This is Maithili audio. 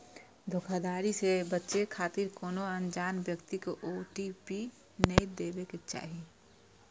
धोखाधड़ी सं बचै खातिर कोनो अनजान व्यक्ति कें ओ.टी.पी नै देबाक चाही